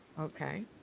okay